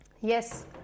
yes